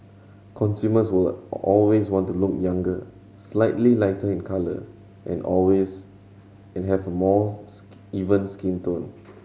consumers will always want to look younger slightly lighter in colour and always and have a more skin even skin tone